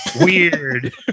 Weird